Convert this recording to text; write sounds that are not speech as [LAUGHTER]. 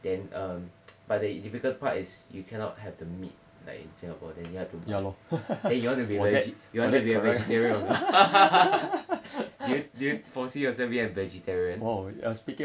then um [NOISE] but the difficult part is you cannot have the meat like in singapore then you have to then you want to be you want to be a vegetarian or not [LAUGHS] do you do you foresee yourself being a vegetarian